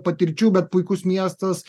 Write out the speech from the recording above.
patirčių bet puikus miestas